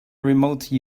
remote